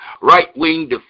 right-wing